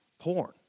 porn